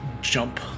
jump